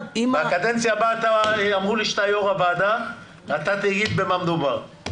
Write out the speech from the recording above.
בקדנציה הבאה אמרו לי שאתה יו"ר הוועדה ואתה תבין במה מדובר.